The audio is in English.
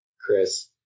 Chris